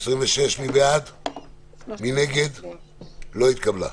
הרוויזיה לא התקבלה.